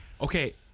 Okay